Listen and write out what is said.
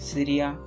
Syria